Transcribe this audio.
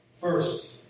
First